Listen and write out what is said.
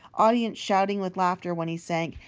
audience shouting with laughter when he sank.